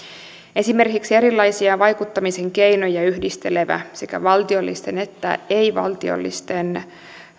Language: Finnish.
esimerkiksi erilaisia vaikuttamisen keinoja yhdistelevä sekä valtiollisten että ei valtiollisten